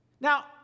Now